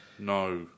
No